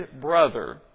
brother